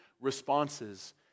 responses